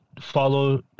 follow